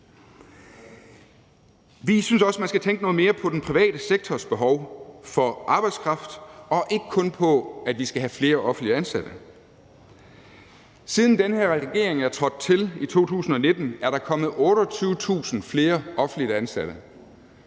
Vi synes også, man skal tænke noget mere på den private sektors behov for arbejdskraft og ikke kun på, at vi skal have flere offentligt ansatte. Siden denne regering er trådt til i 2019, er der kommet 28.000 flere offentligt ansatte.